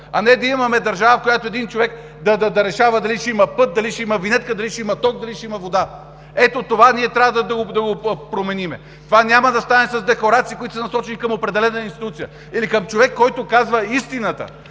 а не да имаме държава, в която един човек да решава дали ще има път, дали ще има винетка, дали ще има ток, дали ще има вода. Ето това ние трябва да променим. Това няма да стане с декларации, които са насочени към определена институция, или към човек, който казва истината.